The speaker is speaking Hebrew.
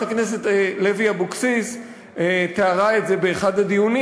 הכנסת לוי אבקסיס תיארה את זה באחד הדיונים.